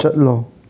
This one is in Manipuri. ꯆꯠꯂꯣ